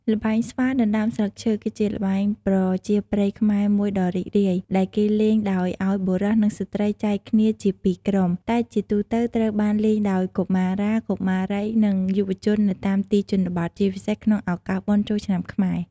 ល្បែងស្វាដណ្ដើមស្លឹកឈើ គឺជាល្បែងប្រជាប្រិយខ្មែរមួយដ៏រីករាយ ដែលគេលេងដោយឱ្យបុរស និងស្ត្រីចែកគ្នាជា២ក្រុម តែជាទូទៅត្រូវបានលេងដោយកុមារា កុមារី និងយុវជននៅតាមទីជនបទ ជាពិសេសក្នុងឱកាសបុណ្យចូលឆ្នាំខ្មែរ។